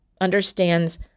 understands